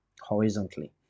horizontally